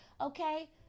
okay